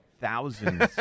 thousands